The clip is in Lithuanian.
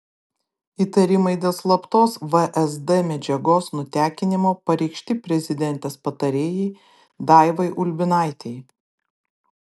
įtarimai dėl slaptos vsd medžiagos nutekinimo pareikšti prezidentės patarėjai daivai ulbinaitei